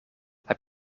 heb